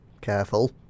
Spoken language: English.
Careful